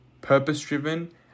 purpose-driven